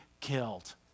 killed